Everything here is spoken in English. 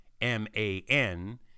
M-A-N